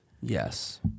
Yes